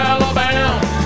Alabama